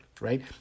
Right